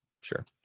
sure